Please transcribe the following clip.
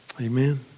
Amen